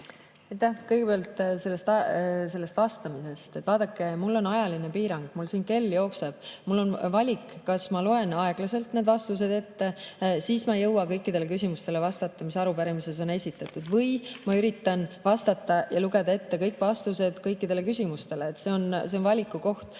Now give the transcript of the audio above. Kõigepealt sellest vastamisest. Vaadake, mul on ajaline piirang. Mul siin kell jookseb. Mul on valik, kas ma loen aeglaselt need vastused ette – siis ma ei jõua kõikidele küsimustele vastata, mis arupärimises on esitatud – või ma üritan vastata ja lugeda ette kõik vastused kõikidele küsimustele. See on valiku koht.